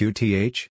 Qth